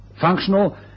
functional